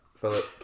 Philip